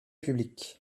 public